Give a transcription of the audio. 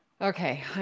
okay